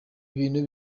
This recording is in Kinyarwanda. ibintu